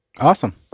Awesome